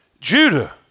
Judah